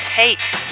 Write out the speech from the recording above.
takes